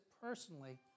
personally